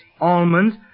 almonds